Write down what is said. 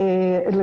הבריאות.